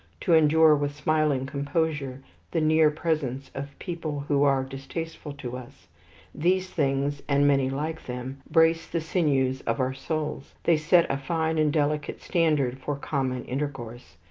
to endure with smiling composure the near presence of people who are distasteful to us these things, and many like them, brace the sinews of our souls. they set a fine and delicate standard for common intercourse.